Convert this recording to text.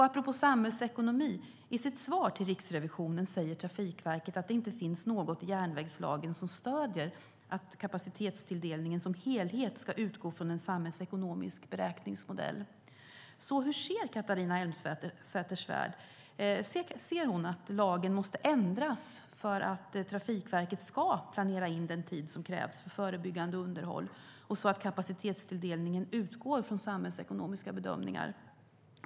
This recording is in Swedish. Apropå samhällsekonomi säger Trafikverket i sitt svar till Riksrevisionen att det inte finns något i järnvägslagen som stöder att kapacitetstilldelningen som helhet ska utgå från en samhällsekonomisk beräkningsmodell. Hur ser Catharina Elmsäter-Svärd på detta? Anser hon att lagen måste ändras för att Trafikverket ska planera in den tid som krävs för förebyggande underhåll och så att kapacitetstilldelningen utgår från samhällsekonomiska bedömningar?